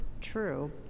true